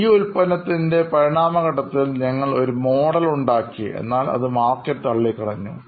ഈ ഉൽപ്പന്നത്തിൻറെ പരിണാമ ഘട്ടത്തിൽ ഞങ്ങൾ ഒരു മോഡൽ ഉണ്ടാക്കി എന്നാൽ അത് മാർക്കറ്റ് തള്ളിക്കളഞ്ഞു